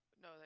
No